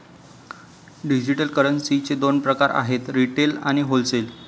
digital करन्सीचे दोन प्रकार आहेत रिटेल आणि होलसेल